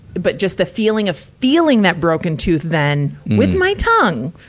but just the feeling of feeling that broken tooth then with my tongue,